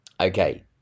Okay